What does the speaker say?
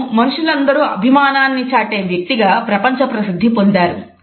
అతను మనుషులందరూ అభిమానాన్ని చాటే వ్యక్తిగా ప్రపంచ ప్రసిద్ధి పొందారు